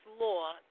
law